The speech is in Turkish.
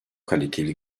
kaliteli